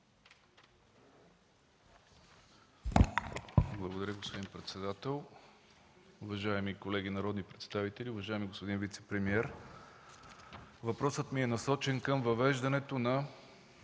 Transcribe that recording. Благодаря, господин председател. Уважаеми колеги народни представители! Уважаеми господин вицепремиер, въпросът ми е насочен към въвеждането на